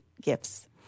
gifts